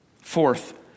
Fourth